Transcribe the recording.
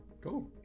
cool